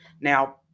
now